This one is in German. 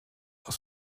aus